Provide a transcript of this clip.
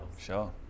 Sure